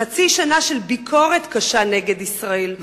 חצי שנה של ביקורת קשה נגד ישראל,